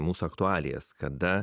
mūsų aktualijas kada